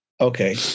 Okay